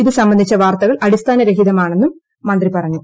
ഇത് സംബന്ധിച്ചുവ്യൂർത്ത്കൾ അടിസ്ഥാനരഹിതമാണെന്നും മന്ത്രി പറഞ്ഞു